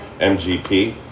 MGP